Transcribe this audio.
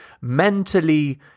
mentally